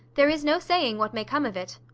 there is no saying what may come of it.